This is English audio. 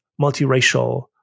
multiracial